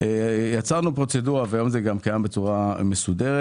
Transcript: יצרנו פרוצדורה והיום זה גם קיים בצורה מסודרת